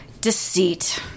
Deceit